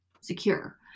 secure